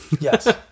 Yes